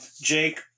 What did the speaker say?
Jake